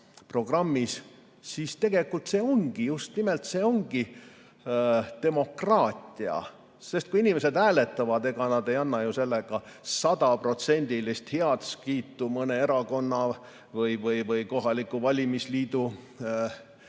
programmis, siis tegelikult just nimelt see ongi demokraatia. Kui inimesed hääletavad, ega nad ei anna sellega sajaprotsendilist heakskiitu mõne erakonna või kohaliku valimisliidu